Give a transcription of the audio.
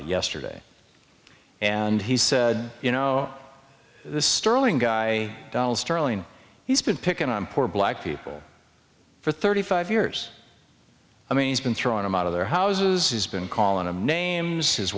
yesterday and he said you know this sterling guy donald sterling he's been picking on poor black people for thirty five years i mean he's been thrown them out of their houses he's been calling them names his